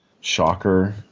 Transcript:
shocker